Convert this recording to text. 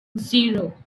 zero